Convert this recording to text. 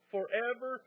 forever